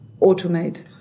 automate